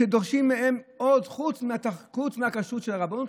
שדורשים מהן עוד חוץ מהכשרות של הרבנות,